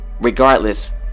Regardless